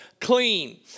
Clean